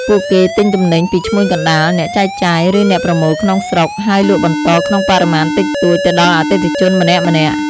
ពួកគេទិញទំនិញពីឈ្មួញកណ្តាល អ្នកចែកចាយ ឬអ្នកប្រមូលក្នុងស្រុក ហើយលក់បន្តក្នុងបរិមាណតិចតួចទៅដល់អតិថិជនម្នាក់ៗ។